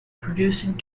producing